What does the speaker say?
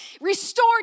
restored